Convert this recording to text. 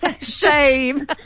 Shame